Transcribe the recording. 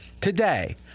today